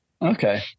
Okay